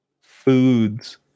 Foods